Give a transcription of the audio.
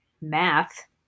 math